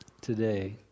today